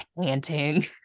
panting